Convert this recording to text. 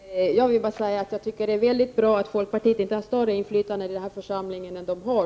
Fru talman! Jag vill bara säga att jag tycker att det är väldigt bra att ni i folkpartiet inte har större inflytande i den här församlingen än ni har.